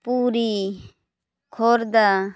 Puri Khordha